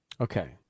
Okay